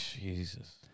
Jesus